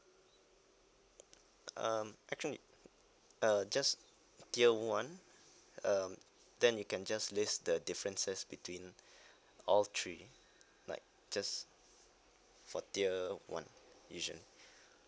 um actually uh just tier one um then you can just list the differences between all three like just for tier one